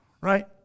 Right